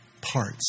parts